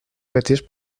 petits